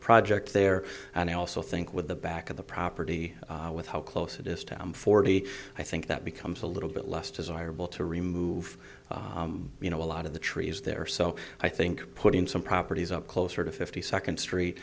project there and i also think with the back of the property with how close it is to m forty i think that becomes a little bit less desirable to remove you know a lot of the trees there so i think putting some properties up closer to fifty second street